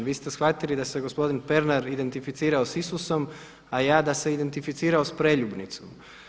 Svi ste shvatili da se gospodin Pernar identificirao s Isusom, a ja da se identificirao s preljubnicom.